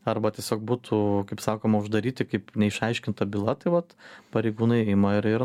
arba tiesiog būtų kaip sakoma uždaryti kaip neišaiškinta byla tai vat pareigūnai ima ir ir